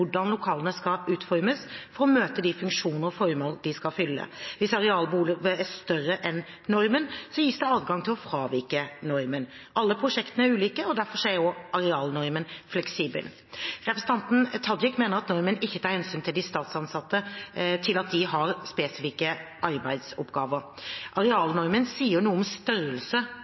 lokalene skal utformes for å møte de funksjoner og formål de skal fylle. Hvis arealbehovet er større enn normen, gis det adgang til å fravike den. Alle prosjekter er ulike, og derfor er arealnormen fleksibel. Representanten Tajik mener at normen ikke tar hensyn til at statsansatte har spesifikke arbeidsoppgaver. Arealnormen sier noe om